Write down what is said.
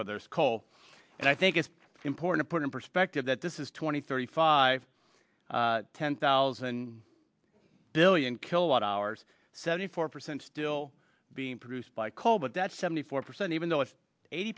whether skoal and i think it's important to put in perspective that this is twenty thirty five ten thousand billion kilowatt hours seventy four percent still being produced by coal but that seventy four percent even though it's eighty